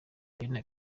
aline